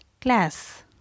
class